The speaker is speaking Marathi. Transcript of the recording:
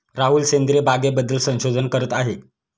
राहुल सेंद्रिय बागेबद्दल संशोधन करत आहे